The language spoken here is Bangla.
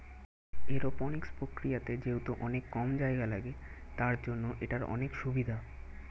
এরওপনিক্স প্রক্রিয়াতে যেহেতু অনেক কম জায়গা লাগে, তার জন্য এটার অনেক সুভিধা